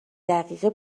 دقیقه